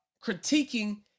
critiquing